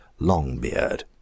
Longbeard